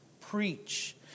preach